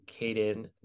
Caden